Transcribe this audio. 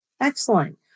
Excellent